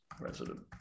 resident